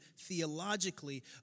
theologically